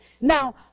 Now